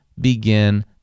begin